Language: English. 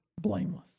blameless